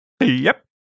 Yep